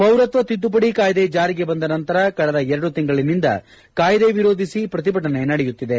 ಪೌರತ್ವ ತಿದ್ಲುಪಡಿ ಕಾಯಿದೆ ಜಾರಿಗೆ ಬಂದ ನಂತರ ಕಳೆದ ಎರಡು ತಿಂಗಳಿನಿಂದ ಕಾಯಿದೆ ವಿರೋಧಿಸಿ ಪ್ರತಿಭಟನೆ ನಡೆಯುತ್ತಿದೆ